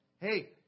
Hey